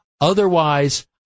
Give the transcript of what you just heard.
Otherwise